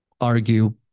argue